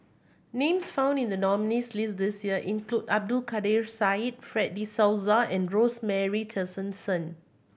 names found in the nominees' list this year include Abdul Kadir Syed Fred De Souza and Rosemary Tessensohn